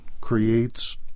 creates